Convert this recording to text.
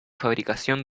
fabricación